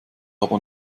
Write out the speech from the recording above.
aber